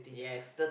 yes